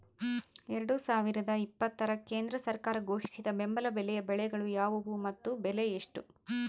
ಎರಡು ಸಾವಿರದ ಇಪ್ಪತ್ತರ ಕೇಂದ್ರ ಸರ್ಕಾರ ಘೋಷಿಸಿದ ಬೆಂಬಲ ಬೆಲೆಯ ಬೆಳೆಗಳು ಯಾವುವು ಮತ್ತು ಬೆಲೆ ಎಷ್ಟು?